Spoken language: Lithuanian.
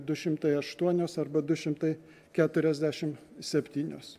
du šimtai aštuonios arba du šimtai keturiasdešim septynios